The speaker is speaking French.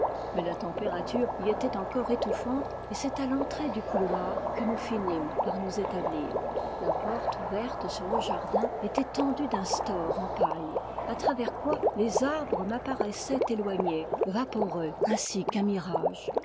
mais la température y était encore étouffante et c'est à l'entrée du couloir que nous finîmes par nous établir la porte ouverte sur le jardin était tendue d'un store en paille à travers quoi les arbres m'apparaissaient éloignés vaporeux ainsi qu'un mirage